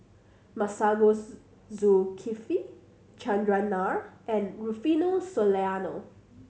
Masagos Zulkifli Chandran Nair and Rufino Soliano